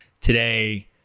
Today